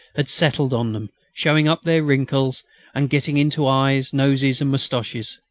had settled on them, showing up their wrinkles and getting into eyes, noses, and moustaches.